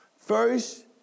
First